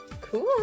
Cool